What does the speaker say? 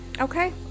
Okay